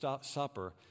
supper